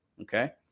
okay